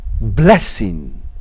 blessing